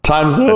Times